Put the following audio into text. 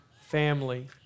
family